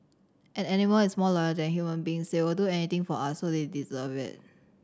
an animal is more loyal than human beings they will do anything for us so they deserve it